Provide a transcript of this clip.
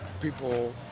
people